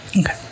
Okay